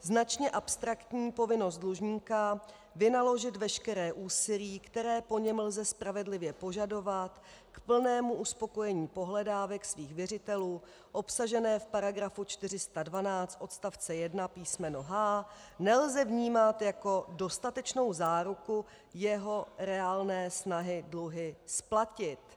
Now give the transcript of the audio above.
Značně abstraktní povinnost dlužníka vynaložit veškeré úsilí, které po něm lze spravedlivě požadovat, k plnému uspokojení pohledávek svých věřitelů obsažené v § 412 odstavce 1 písmeno h) nelze vnímat jako dostatečnou záruku jeho reálné snahy dluhy splatit.